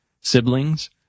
siblings